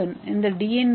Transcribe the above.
thrombin இந்த D